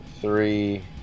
three